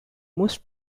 most